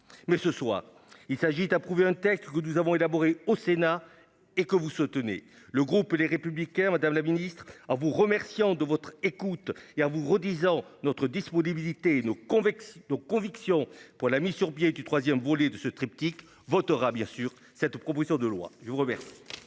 Mais, ce soir, il s'agit d'approuver un texte que nous avons élaboré au Sénat et que vous soutenez. Madame la ministre, en vous remerciant de votre écoute et en vous redisant notre disponibilité et nos convictions pour la mise sur pied du troisième volet de ce triptyque, le groupe Les Républicains votera bien sûr cette proposition de loi. Je mets aux voix,